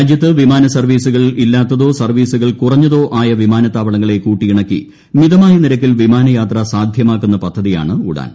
രാജ്യത്ത് വിമാന സർവ്വീസുകൾ ഇല്ലാത്തതോ സർവ്വീസുകൾ കുറഞ്ഞതോ ആയ വിമാനത്താവളങ്ങളെ കൂട്ടിയിണക്കി മിതമായ നിരക്കിൽ വിമാനയാത്ര സാധ്യമാക്കുന്ന പദ്ധതിയാണ് ഉഡാൻ